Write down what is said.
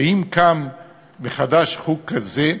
שאם קם מחדש חוג כזה,